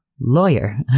lawyer